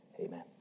amen